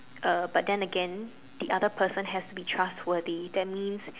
uh but then again the other person has to be trustworthy that means